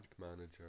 manager